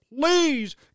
Please